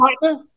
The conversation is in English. partner